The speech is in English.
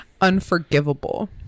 Unforgivable